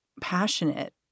passionate